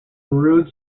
rood